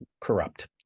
corrupt